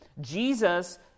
Jesus